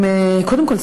קודם כול,